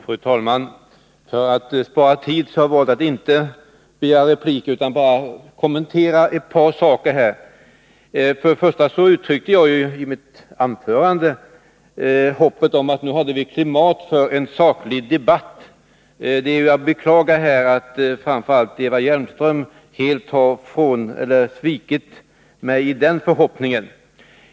Fru talman! För att spara tid har jag valt att inte begära replik. Nu vill jag bara kommentera ett par saker. Först och främst uttryckte jag i mitt anförande hoppet om att vi nu hade klimat för en saklig debatt. Jag beklagar att framför allt Eva Hjelmström helt har svikit mig i den förhoppningen.